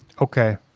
Okay